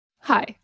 Hi